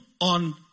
on